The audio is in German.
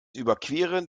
überqueren